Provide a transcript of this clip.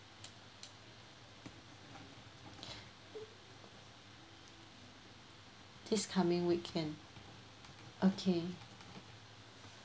this coming weekend okay